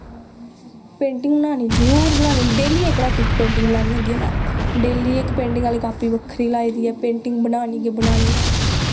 painting बनानी जरूर बनानी डेली इक ना इक पेंटिंग बनानी होंदी में डेली इक पेंटिंग आह्ली कापी बक्खरी लाई दी ऐ पेंटिंग बनानी गै बनानी